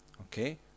Okay